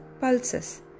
Pulses